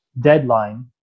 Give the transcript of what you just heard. deadline